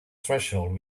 threshold